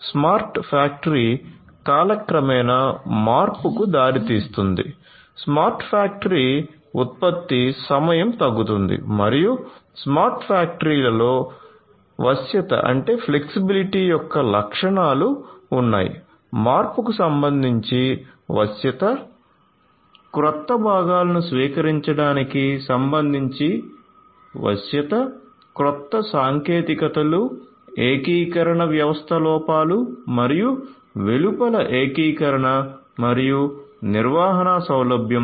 smart factory కాలక్రమేణా మార్పుకు దారితీస్తుంది స్మార్ట్ ఫ్యాక్టరీ ఉత్పత్తి సమయం తగ్గుతుంది మరియు స్మార్ట్ ఫ్యాక్టరీలో వశ్యత యొక్క లక్షణాలు ఉన్నాయి మార్పుకు సంబంధించి వశ్యత క్రొత్త భాగాలను స్వీకరించడానికి సంబంధించి వశ్యత క్రొత్త సాంకేతికతలు ఏకీకరణ వ్యవస్థ లోపల మరియు వెలుపల ఏకీకరణ మరియు నిర్వహణ సౌలభ్యం